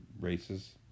races